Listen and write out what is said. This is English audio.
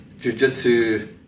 jujitsu